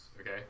okay